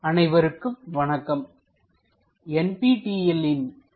orthographic projection I பகுதி 4 அனைவருக்கும் வணக்கம்